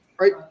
Right